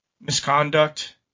misconduct